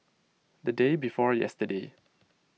the day before yesterday